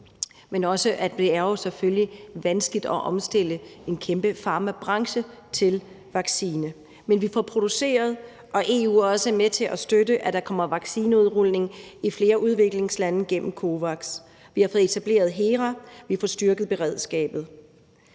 men det er selvfølgelig vanskeligt at omstille en kæmpe farmabranche til vaccine. Men vi får produceret, og EU er også med til at støtte, at der kommer vaccineudrulning i flere udviklingslande gennem COVAX. Vi har fået etableret HERA. Vi får styrket beredskabet.